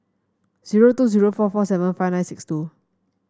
zero two zero four four seven five nine six two